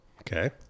Okay